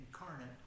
incarnate